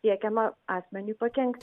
siekiama asmeniui pakenkti